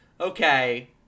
okay